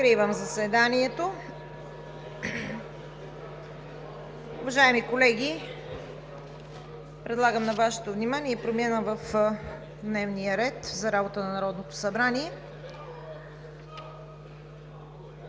Откривам заседанието. Уважаеми колеги, предлагам на Вашето внимание промяна в дневния ред за работа на Народното събрание.